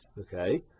Okay